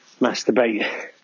masturbate